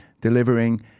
delivering